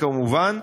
כמובן,